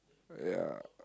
ya